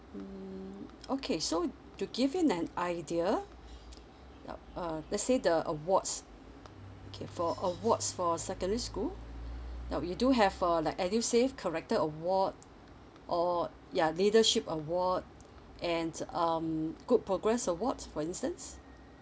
mm okay so to give you an idea yup uh let's say the awards okay for awards for secondary school now we do have a like edusave corrector award or ya leadership awards and um good progress awards for instance